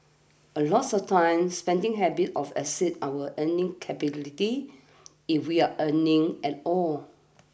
a lots of times spending habits of exceeds our earning capabilities if we're earning at all